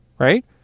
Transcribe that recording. Right